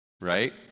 Right